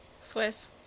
Swiss